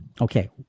okay